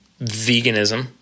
veganism